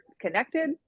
connected